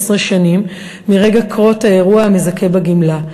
שנים מרגע קרות האירוע המזכה בגמלה.